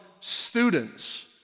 students